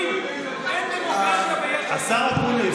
השר אקוניס.